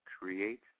create